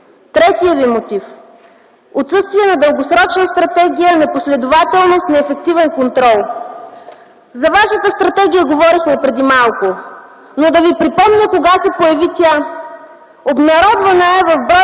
Третият ви мотив – отсъствие на дългосрочна стратегия, непоследователност и неефективен контрол. За вашата стратегия говорихме преди малко. Но, да ви припомня кога се появи тя? Обнародвана е в бр.